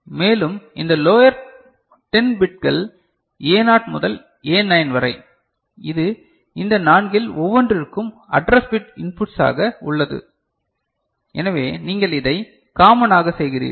மேலும் இந்த லோயர் 10 பிட்கள் A0 முதல் A9 வரை இது இந்த நான்கில் ஒவ்வொன்றிற்கும் அட்ரஸ் பிட் இன்புட்ஸாக உள்ளது எனவே நீங்கள் இதை காமன் ஆக செய்கிறீர்கள்